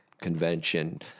convention